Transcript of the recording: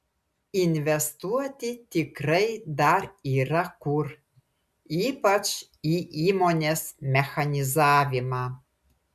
investuoti tikrai dar yra kur ypač į įmonės mechanizavimą